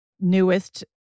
newest